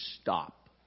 stop